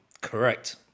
correct